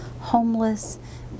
homeless